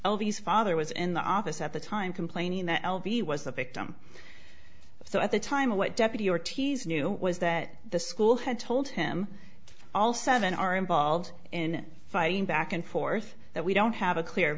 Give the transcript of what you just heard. of these father was in the office at the time complaining that i'll be was the victim so at the time what deputy ortiz knew was that the school had told him all seven are involved in fighting back and forth that we don't have a clear